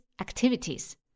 activities